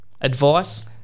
Advice